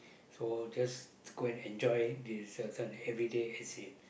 so just go and enjoy the certain every day as in